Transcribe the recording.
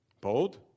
Bold